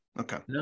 Okay